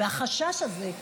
והחשש הזה,